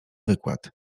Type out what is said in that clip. wykład